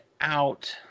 out